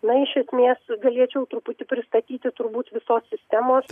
na iš esmės galėčiau truputį pristatyti turbūt visos sistemos